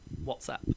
WhatsApp